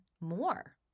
more